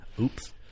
Oops